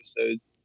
episodes